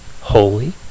holy